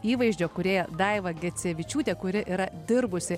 įvaizdžio kūrėja daiva gecevičiūtė kuri yra dirbusi